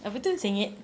apa tu senget